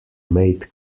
made